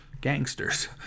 gangsters